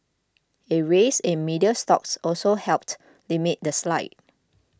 a rise in media stocks also helped limit the slide